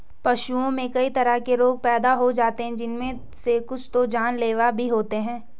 पशुओं में कई तरह के रोग पैदा हो जाते हैं जिनमे से कुछ तो जानलेवा भी होते हैं